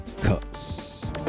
Cuts